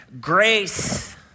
grace